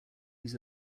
use